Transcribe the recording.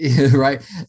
right